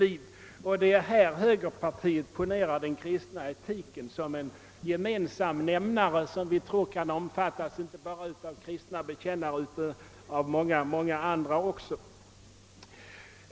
Det är i detta sammanhang som högerpartiet anser att den kristna etiken bör kunna vara en gemensam nämnare, inte bara för kristna bekännare utan också för många andra.